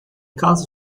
caso